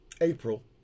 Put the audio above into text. April